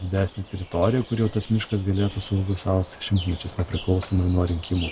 didesnę teritoriją kur jau tas miškas galėtų saugus augti šimtmečius nepriklausomai nuo rinkimų